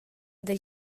del